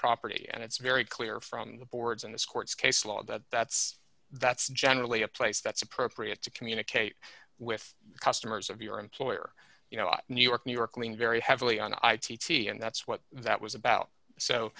property and it's very clear from the boards in this court's caseload that that's that's generally a place that's appropriate to communicate with customers of your employer you know new york new york lean very heavily on i t t and that's what that was about